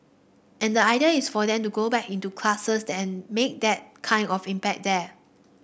and the idea is for them to go back into the classes and make that kind of impact there